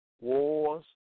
wars